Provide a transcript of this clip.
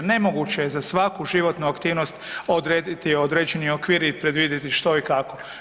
Nemoguće je za svaku životnu aktivnost odrediti određeni okvir i predvidjeti što i kako.